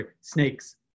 snakes